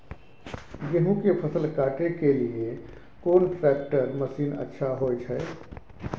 गेहूं के फसल काटे के लिए कोन ट्रैक्टर मसीन अच्छा होय छै?